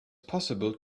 possible